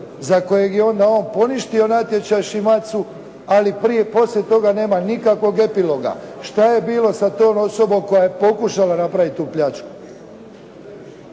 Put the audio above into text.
za kojeg je onda on poništio natječaj Shimatsu, ali prije poslije toga nema nikakvog epiloga. Što je bilo sa tom osobom koja je pokušala napraviti tu pljačku?